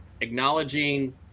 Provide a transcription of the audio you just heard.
acknowledging